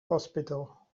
hospital